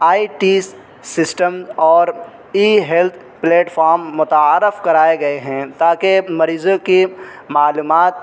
آئی Ts system اور e health platform متعارف کرائے گئے ہیں تاکہ مریضوں کی معلومات